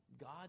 God